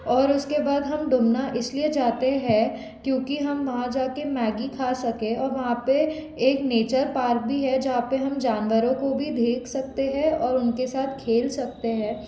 और उसके बाद हम डुमना इस लिए जाते हैं क्योंकि हम वहाँ जा के मैगी खा सकें और वहाँ पर एक नेचर पार्क भी है जहाँ पर हम जानवरों को भी देख सकते हैं और उनके साथ खेल सकते हैं